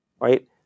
right